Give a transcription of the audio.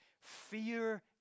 Fear